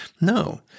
No